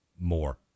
More